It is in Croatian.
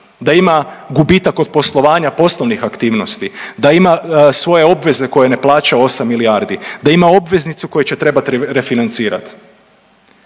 da ima gubitak od poslovanja poslovnih aktivnosti, da ima svoje obveze koje ne plaća osam milijardi, da ima obveznicu koju će trebat refinancirat.